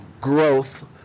growth